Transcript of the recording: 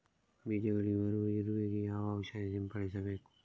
ಬೀಜಗಳಿಗೆ ಬರುವ ಇರುವೆ ಗೆ ಯಾವ ಔಷಧ ಸಿಂಪಡಿಸಬೇಕು?